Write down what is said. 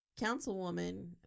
councilwoman